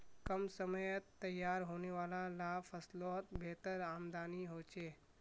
कम समयत तैयार होने वाला ला फस्लोत बेहतर आमदानी होछे